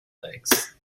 legs